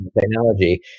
technology